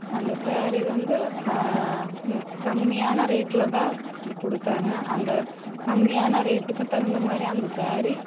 அந்த சேரீ வந்து கம்மியான ரேட்டில் தான் கொடுத்தாங்க அந்த கம்மியான ரேட்டுக்கு தகுந்த மாதிரி அந்த சேரீ